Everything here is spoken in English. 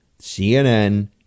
CNN